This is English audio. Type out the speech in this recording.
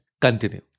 continue